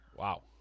Wow